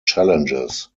challenges